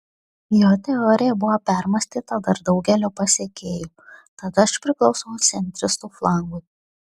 jo teorija buvo permąstyta dar daugelio pasekėjų tad aš priklausau centristų flangui